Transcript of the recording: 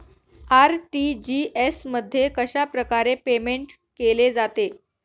RTGS मध्ये कशाप्रकारे payment केले जाते?